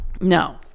No